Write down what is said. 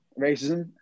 racism